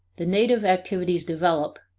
the native activities develop,